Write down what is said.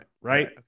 Right